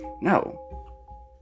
No